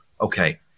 Okay